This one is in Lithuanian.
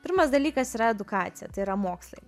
pirmas dalykas yra edukacija tai yra mokslai